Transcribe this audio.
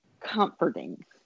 comforting